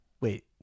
wait